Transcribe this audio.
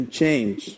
change